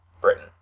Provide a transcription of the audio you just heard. Britain